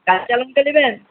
কাঁচালঙ্কা নেবেন